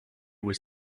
was